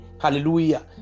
Hallelujah